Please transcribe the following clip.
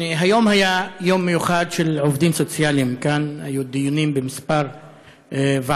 היום היה יום מיוחד של עובדים סוציאליים כאן והיו דיונים בכמה ועדות.